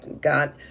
got